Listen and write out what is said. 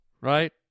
right